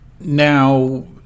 now